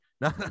No